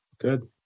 Good